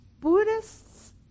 Buddhists